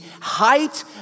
height